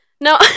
no